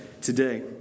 today